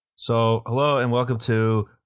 so, hello and welcome to